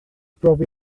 brofi